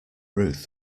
ruth